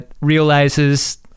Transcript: realizes